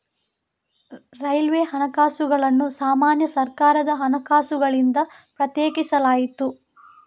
railway ಹಣಕಾಸುಗಳನ್ನು ಸಾಮಾನ್ಯ ಸರ್ಕಾರದ ಹಣಕಾಸುಗಳಿಂದ ಪ್ರತ್ಯೇಕಿಸಲಾಯಿತು